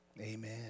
Amen